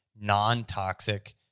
non-toxic